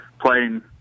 playing